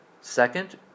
second